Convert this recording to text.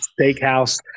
steakhouse